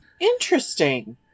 Interesting